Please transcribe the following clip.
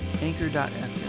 anchor.fm